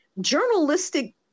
journalistic